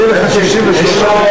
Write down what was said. בבקשה.